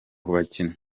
bakinnyi